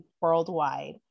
worldwide